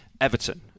Everton